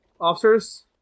officers